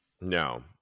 no